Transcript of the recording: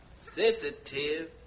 sensitive